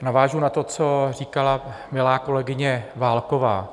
Navážu na to, co říkala milá kolegyně Válková.